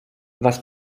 was